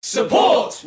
Support